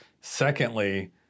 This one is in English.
secondly